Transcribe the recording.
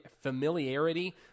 familiarity